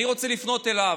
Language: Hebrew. אני רוצה לפנות אליו.